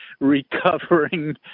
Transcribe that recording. recovering